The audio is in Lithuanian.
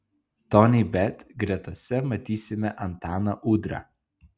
tonybet gretose matysime antaną udrą